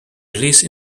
released